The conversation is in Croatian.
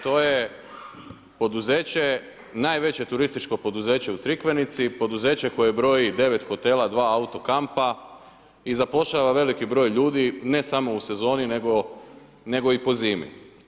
To je poduzeće najveće turističko poduzeće u Crikvenici, poduzeće koje broji 9 hotela, 2 autokampa i zapošljava veliki broj ljudi, ne samo u sezoni nego i po zimi.